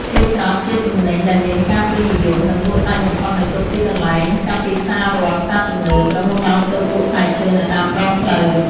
ចេកស្រស់ ជាទំនិញដែលមានការពេញនិយម និងលក់ដាច់បំផុតនៅគ្រប់ទីកន្លែង ចាប់ពីផ្សាររដ្ឋ ផ្សារទំនើប រហូតដល់តូបលក់ផ្លែឈើនៅតាមដងផ្លូវ។